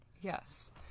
Yes